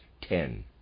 ten